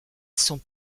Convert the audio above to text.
sont